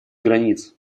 границ